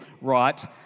right